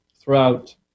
throughout